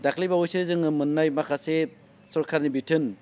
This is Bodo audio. दाख्लि बावैसो जोङो मोननाय माखासे सरखारनि बिथोन